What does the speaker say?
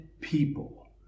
people